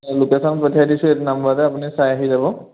location পঠিয়াই দিছোঁ এইটো নাম্বাৰতে আপুনি চাই আহি যাব